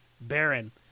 Baron